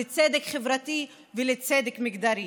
לצדק חברתי ולצדק מגדרי.